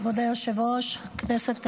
כבוד היושב-ראש, כנסת נכבדה,